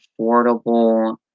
affordable